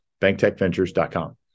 banktechventures.com